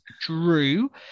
Drew